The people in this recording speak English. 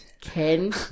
Ken